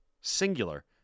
Singular